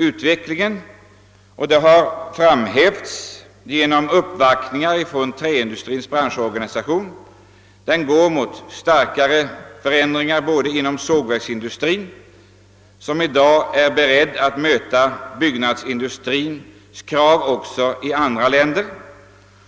Utvecklingen går — vilket framhållits vid uppvaktningar som träindustrins branschorganisationer gjort — mot kraftiga förändringar inom sågverksindustrin, som i dag är beredd att möta byggnadsindustrins krav också i andra länder,